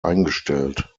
eingestellt